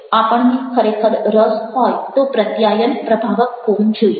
આપણને ખરેખર રસ હોય તો પ્રત્યાયન પ્રભાવક હોવું જોઈએ